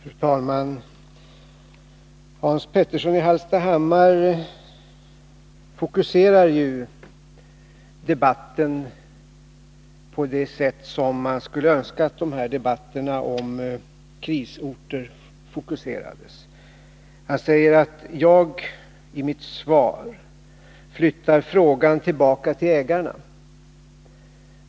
Fru talman! Hans Petersson i Hallstahammar fokuserar debatten på det sätt som man skulle önska att de här debatterna om krisorter skulle fokuseras. Han säger att jag i mitt svar flyttar frågan tillbaka till ägarna.